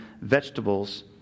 vegetables